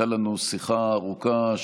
הייתה לנו שיחה ארוכה,